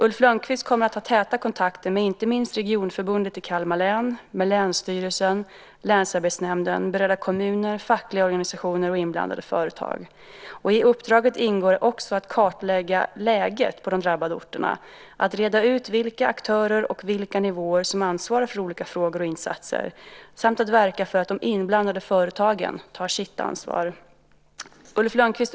Ulf Lönnquist kommer att ha täta kontakter med inte minst Regionförbundet i Kalmar län, länsstyrelsen, länsarbetsnämnden, berörda kommuner, fackliga organisationer och inblandade företag. I uppdraget ingår även att kartlägga läget på de drabbade orterna, reda ut vilka aktörer och nivåer som ansvarar för olika frågor och insatser samt att verka för att de inblandade företagen tar sitt ansvar.